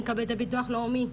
אני מקבלת את הביטוח לאומי,